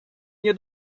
nie